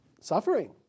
suffering